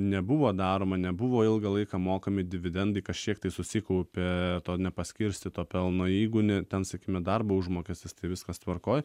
nebuvo daroma nebuvo ilgą laiką mokami dividendai kažkiek tai susikaupė to nepaskirstyto pelno jeigu ne ten sakykime darbo užmokestis tai viskas tvarkoj